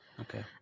Okay